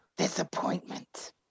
Disappointment